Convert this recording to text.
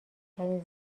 ترین